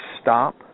stop